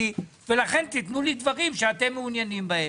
ולכן תיתנו לי דברים שאתם מעוניינים בהם.